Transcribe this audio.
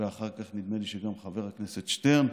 ואחר כך נדמה לי שגם חבר הכנסת שטרן,